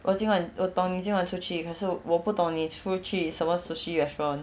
我今晚我懂你今晚出去可是我不懂你出去什么 sushi restaurant